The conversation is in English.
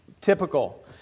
Typical